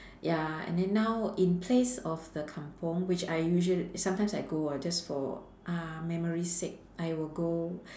ya and then now in place of the kampung which I usual~ sometimes I go uh just for uh memory sake I will go